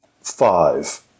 Five